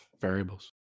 variables